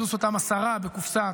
פלוס אותם 10 מיליארד בקופסה.